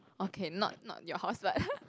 okay not not your house but